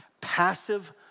Passive